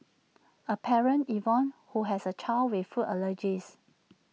A parent Yvonne who has A child with food allergies